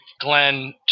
glenn